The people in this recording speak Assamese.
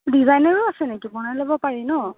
ডিজাইনাৰো আছে নেকি বনাই ল'ব পাৰি ন